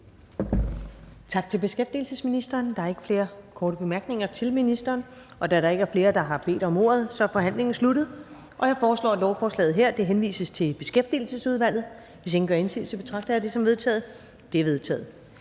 Tak til beskæftigelsesministeren. Der er ikke flere korte bemærkninger til ministeren. Da der ikke er flere, der har bedt om ordet, er forhandlingen sluttet. Jeg foreslår, at lovforslaget henvises til Beskæftigelsesudvalget. Hvis ingen gør indsigelse, betragter jeg det som vedtaget. Det er vedtaget.